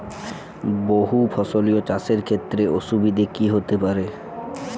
বহু ফসলী চাষ এর ক্ষেত্রে অসুবিধে কী কী হতে পারে?